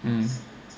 um